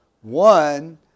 One